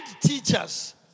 teachers